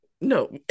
no